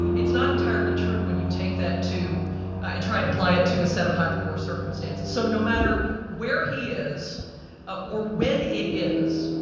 it's not entirely true when you take that to and try to apply it to a set of hyperwar circumstances. so no matter where he is ah or when it is,